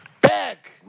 back